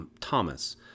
Thomas